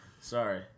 Sorry